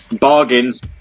Bargains